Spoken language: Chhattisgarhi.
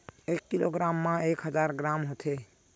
एक किलोग्राम मा एक हजार ग्राम होथे